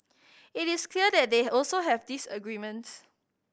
it is clear that they also have disagreements